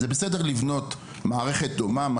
זה בסדר לבנות מערכת דומה,